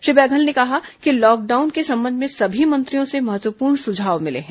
श्री बघेल ने कहा कि लॉकडाउन के संबंध में समी मंत्रियों से महत्वपूर्ण सुझाव मिले हैं